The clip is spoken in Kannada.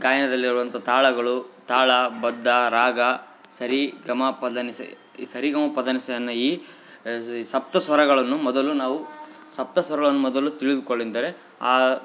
ಗಾಯನದಲ್ಲಿರುವಂಥ ತಾಳಗಳು ತಾಳ ಬದ್ಧ ರಾಗ ಸರಿ ಗಮ ಪದ ನಿಸ ಸರಿಗಮಪದನಿಸ ಅನ್ನ ಈ ಸಪ್ತ ಸ್ವರಗಳನ್ನು ಮೊದಲು ನಾವು ಸಪ್ತ ಸರಗಳನ್ನ ಮೊದಲು ತಿಳಿದುಕೊಳ್ ಎಂದರೆ ಆ